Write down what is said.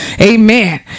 amen